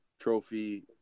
trophy